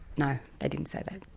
no, they didn't say that.